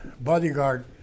bodyguard